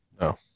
No